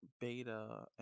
Beta